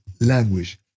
language